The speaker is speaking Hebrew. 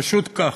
פשוט כך.